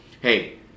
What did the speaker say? hey